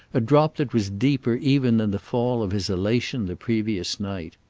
a drop that was deeper even than the fall of his elation the previous night.